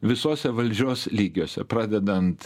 visuose valdžios lygiuose pradedant